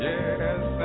Yes